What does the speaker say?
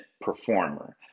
performer